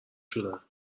شدن